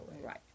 right